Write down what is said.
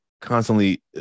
constantly